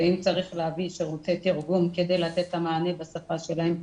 אם צריך להביא שירותי תרגום כדי לתת את המענה בשפה שלהם,